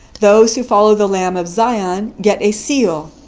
those who follow the lamb of zion get a seal.